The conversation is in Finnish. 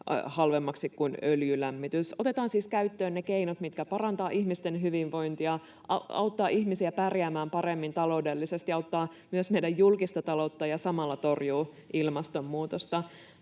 halvemmaksi kuin öljylämmitys. Otetaan siis käyttöön ne keinot, mitkä parantavat ihmisten hyvinvointia, auttavat ihmisiä pärjäämään paremmin taloudellisesti, auttavat myös meidän julkista taloutta ja samalla torjuvat ilmastonmuutosta.